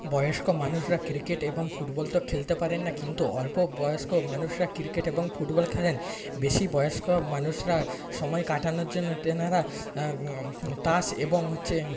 বয়স্ক মানুষরা ক্রিকেট এবং ফুটবল তো খেলতে পারেন না কিন্তু অল্পবয়স্ক মানুষরা ক্রিকেট এবং ফুটবল খেলেন বেশি বয়স্ক মানুষরা সময় কাটানোর জন্য তেনারা তাস এবং হচ্ছে